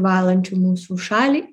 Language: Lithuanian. valančiu mūsų šalį